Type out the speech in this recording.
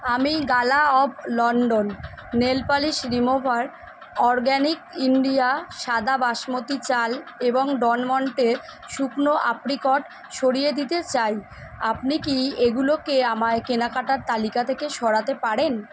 আমি Gala of London nail polish remover Organic India সাদা বাসমতি চাল এবং ডন মন্টে শুকনো অ্যাপ্রিকট সরিয়ে দিতে চাই আপনি কি এগুলোকে আমায় কেনাকাটার তালিকা থেকে সরাতে পারেন